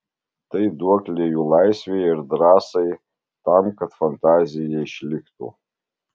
tai duoklė jų laisvei ir drąsai tam kad fantazija išliktų